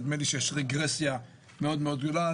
נדמה לי שיש רגרסיה מאוד גדולה.